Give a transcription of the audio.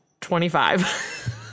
twenty-five